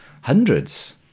Hundreds